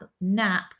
nap